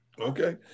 Okay